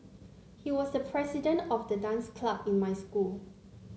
he was the president of the dance club in my school